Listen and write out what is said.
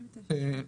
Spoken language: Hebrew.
"79.